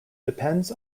depends